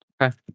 Okay